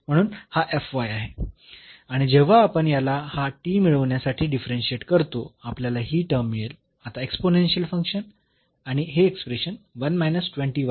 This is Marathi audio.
म्हणून हा आहे आणि जेव्हा आपण याला हा मिळविण्यासाठी डिफरन्शियेट करतो आपल्याला ही टर्म मिळेल आता एक्स्पोनेन्शियल फंक्शन आणि हे एक्सप्रेशन